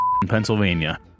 Pennsylvania